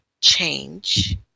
change